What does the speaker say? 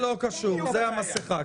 אני לא יכולה לדבר כשכל שנייה מפריעים לי.